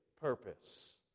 purpose